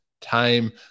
time